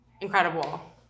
incredible